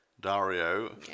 Dario